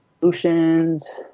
Solutions